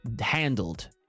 Handled